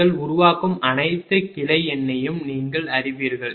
நீங்கள் உருவாக்கும் அனைத்து கிளை எண்ணையும் நீங்கள் அறிவீர்கள்